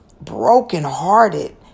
brokenhearted